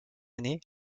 aîné